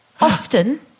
Often